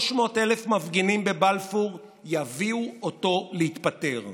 300,000 מפגינים בבלפור יביאו אותו להתפטר.